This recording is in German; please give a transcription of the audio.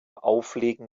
auflegen